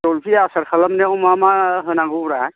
जलफि आसार खालामनायाव मा मा होनांगौ ब्रा